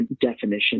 definition